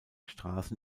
straßen